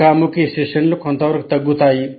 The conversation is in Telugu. ముఖాముఖి సెషన్లు కొంతవరకు తగ్గుతాయి